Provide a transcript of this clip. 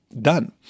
done